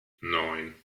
neun